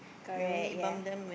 correct yea